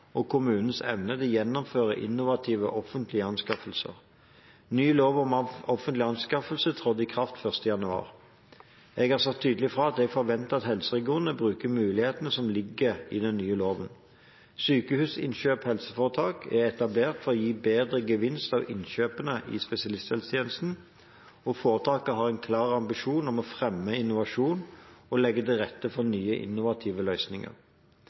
og kommunenes evne til å gjennomføre innovative offentlige anskaffelser. Ny lov om offentlige anskaffelser trådte i kraft 1. januar. Jeg har sagt tydelig ifra at jeg forventer at helseregionene bruker mulighetene som ligger i den nye loven. Sykehusinnkjøp HF er etablert for å gi bedre gevinst av innkjøpene i spesialisthelsetjenesten, og foretaket har en klar ambisjon om å fremme innovasjon og legge til rette for nye innovative løsninger.